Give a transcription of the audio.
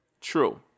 True